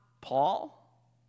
Paul